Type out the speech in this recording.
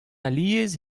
alies